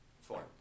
Four